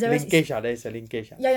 linkage ah there's a linkage ah